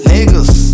Niggas